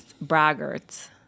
braggarts